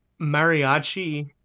mariachi